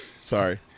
Sorry